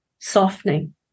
softening